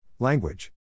Language